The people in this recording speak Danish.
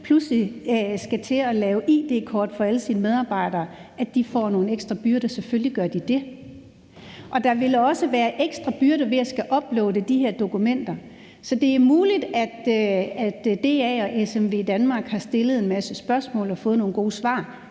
pludselig skal til at lave id-kort til alle sine medarbejdere, får de nogle ekstra byrder. Selvfølgelig gør de det. Der vil også være ekstra byrder ved at skulle uploade de her dokumenter. Så det er muligt, at DA og SMVdanmark har stillet en masse spørgsmål og fået nogle gode svar.